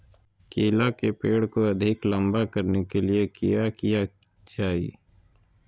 केला के पेड़ को अधिक लंबा करने के लिए किया किया जाए?